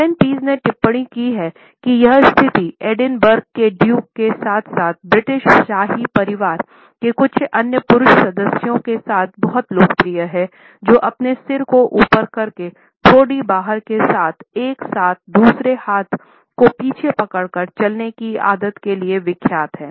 Elon Pease ने टिप्पणी की है कि यह स्थिति एडिनबर्ग के ड्यूक के साथ साथ ब्रिटिश शाही परिवार के कुछ अन्य पुरुष सदस्यों के साथ बहुत लोकप्रिय है जो अपने सिर को ऊपर करके ठोड़ी बाहर के साथ और एक हाथ दूसरे हाथ को पीछे पकड़कर चलने की आदत के लिए विख्यात हैं